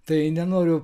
tai nenoriu